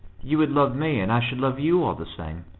you would love me, and i should love you all the same.